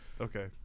Okay